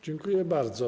Dziękuję bardzo.